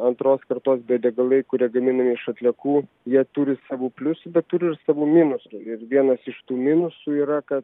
antros kartos biodegalai kurie gaminami iš atliekų jie turi savų pliusų bet turi ir savų minusų ir vienas iš tų minusų yra kad